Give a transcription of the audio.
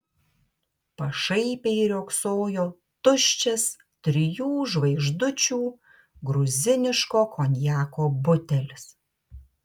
pašaipiai riogsojo tuščias trijų žvaigždučių gruziniško konjako butelis